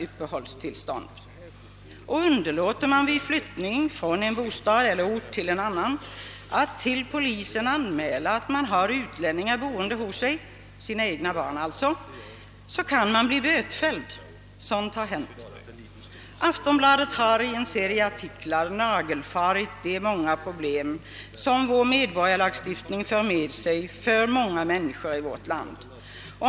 Underlåter man vid flyttning från en bostad eller ort till en annan att till polisen anmäla att man har utlänningar boende hos sig — sina egna barn alltså! — kan man bli bötfälld. Sådant har hänt. Aftonbladet har i en serie artiklar nagelfarit de talrika problem som vår medborgarskapslagstiftning för med sig för många människor i vårt land.